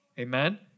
Amen